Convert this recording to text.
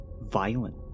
violent